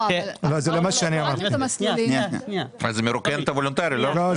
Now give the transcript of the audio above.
אבל זה מרוקן את הוולונטרי, לא?